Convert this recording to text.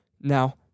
Now